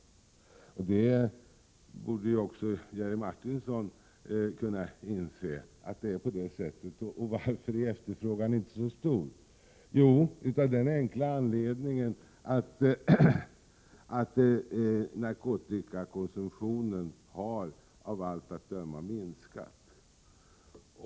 Det borde också Jerry Martinger kunna inse. Varför är då efterfrågan inte så stor? Jo, det är av den enkla anledningen att narkotikakonsumtionen av allt att döma har minskat.